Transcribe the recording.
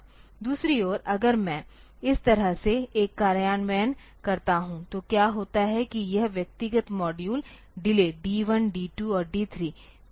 दूसरी ओर अगर मैं इस तरह से एक कार्यान्वयन करता हूं तो क्या होता है कि यह व्यक्तिगत मॉड्यूल डिले D 1D 2 और D 3